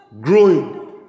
Growing